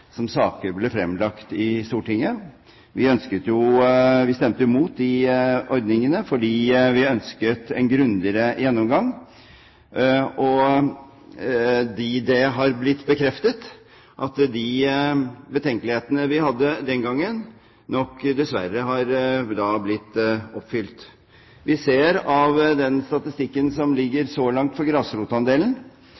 ble fremlagt i Stortinget. Vi stemte imot de ordningene fordi vi ønsket en grundigere gjennomgang, og de betenkelighetene vi hadde den gangen, har nok dessverre blitt bekreftet. Av den statistikken som så langt foreligger for grasrotandelen, ser vi at det først og fremst er de tunge, slagkraftige organisasjonene som har et organisasjonsapparat, og som